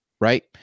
right